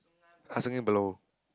I thinking below